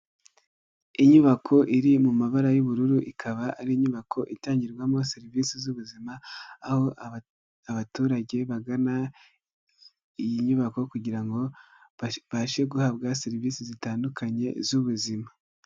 Inyubako iri mu mabara y'ubururu ikaba ari inyubako itangirwamo serivisi z'ubuzima aho abaturage bagana iyi nyubako kugira ngo babashe guhabwa serivisi zitandukanye z'ubuzima.